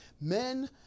Men